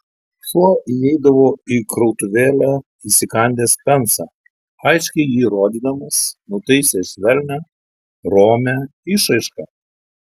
šuo įeidavo į krautuvėlę įsikandęs pensą aiškiai jį rodydamas nutaisęs švelnią romią išraišką